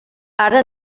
ara